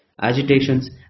Agitations